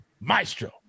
Maestro